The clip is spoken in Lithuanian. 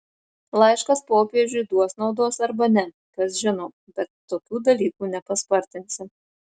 laiškas popiežiui duos naudos arba ne kas žino bet tokių dalykų nepaspartinsi